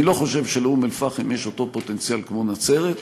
אני לא חושב שלאום-אלפחם יש אותו פוטנציאל כמו לנצרת.